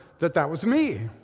that that was me,